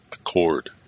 accord